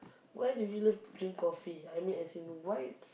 why do you love to drink coffee I mean as in why